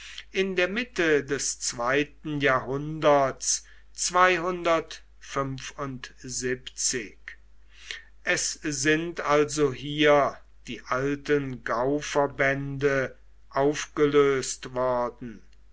in der mitte des zweiten jahrhunderts es sind also hier die alten gauverbände aufgelöst worden